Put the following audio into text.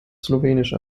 slowenisch